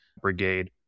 brigade